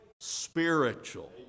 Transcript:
spiritual